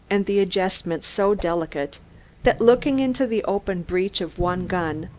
and the adjustment so delicate that, looking into the open breech of one gun,